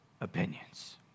opinions